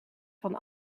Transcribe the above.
van